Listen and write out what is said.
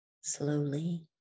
slowly